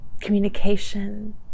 communication